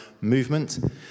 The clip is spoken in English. movement